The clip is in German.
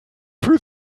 für